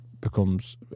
becomes